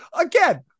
Again